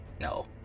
No